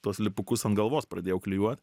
tuos lipukus ant galvos pradėjau klijuot